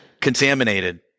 contaminated